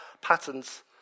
patterns